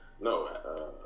No